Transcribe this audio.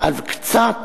אז קצת